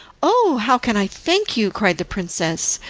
oh, how can i thank you, cried the princess,